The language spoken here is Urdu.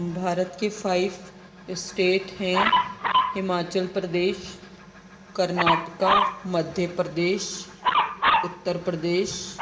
بھارت کے فائیو اسٹیٹ ہیں ہماچل پردیش کرناٹکا مدھیہ پردیش اتر پردیش